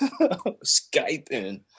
Skyping